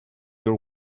your